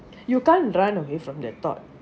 you can't run away from the thought